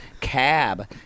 Cab